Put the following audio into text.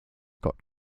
got